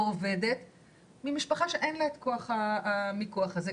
או עובדת ממשפחה שאין לה את כוח המיקוח הזה,